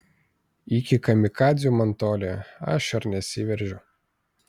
iki kamikadzių man toli aš ir nesiveržiu